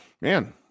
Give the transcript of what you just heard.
man